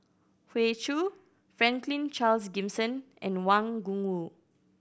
Hoey Choo Franklin Charles Gimson and Wang Gungwu